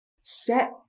set